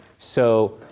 so,